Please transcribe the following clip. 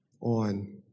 on